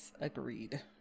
agreed